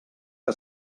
que